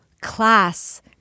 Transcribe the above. class